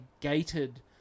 gated